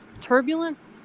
turbulence